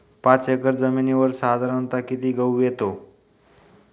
पाच एकर जमिनीवर साधारणत: किती गहू येतो?